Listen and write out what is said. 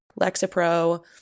Lexapro